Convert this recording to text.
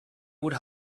would